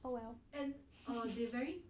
oh well